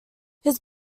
his